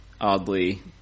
oddly